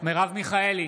מרב מיכאלי,